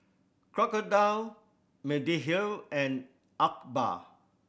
Crocodile Mediheal and Alba